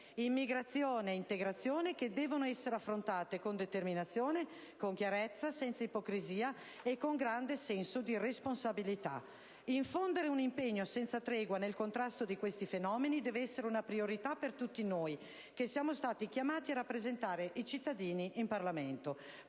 dell'immigrazione e dell'integrazione deve essere affrontato con determinazione, con chiarezza, senza ipocrisia e con grande senso di responsabilità. Infondere un impegno senza tregua nel contrasto di questi fenomeni deve essere una priorità per tutti noi che siamo stati chiamati a rappresentare i cittadini in Parlamento.